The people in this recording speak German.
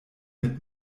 mit